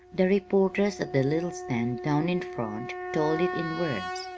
the reporters at the little stand down in front told it in words,